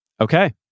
Okay